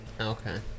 Okay